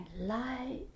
light